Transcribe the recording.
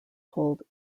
hold